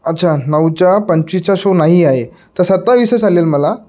अच्छा नऊच्या पंचवीसच्या शो नाही आहे त सत्तावीसच चालेल मला